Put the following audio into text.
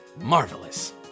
Marvelous